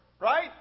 Right